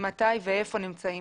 מתי ואיפה נמצאים.